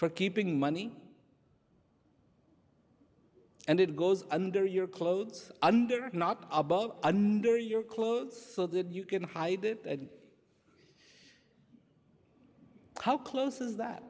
for keeping money and it goes under your clothes under not about an under your clothes so that you can hide it how close is that